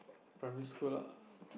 primary school ah